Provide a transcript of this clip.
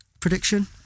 prediction